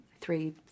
three